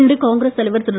இன்று காங்கிரஸ் தலைவர் திரு